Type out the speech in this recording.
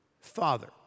Father